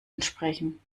entsprechen